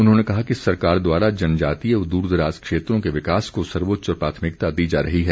उन्होंने कहा कि सरकार द्वारा जनजातीय व द्रदराज क्षेत्रों के विकास को सर्वोच्च प्राथमिकता दी जा रही है